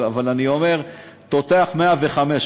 אבל אני אומר: תותח 105,